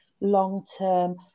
long-term